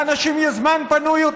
לאנשים יהיה יותר זמן פנוי,